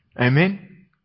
Amen